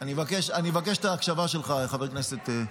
--- אני מבקש את ההקשבה שלך, חבר הכנסת.